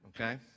okay